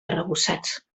arrebossats